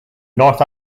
north